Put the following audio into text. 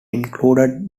included